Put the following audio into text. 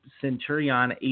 Centurion